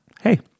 hey